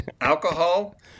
alcohol